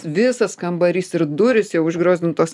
visas kambarys ir durys jau užgriozdintos